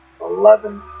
Eleven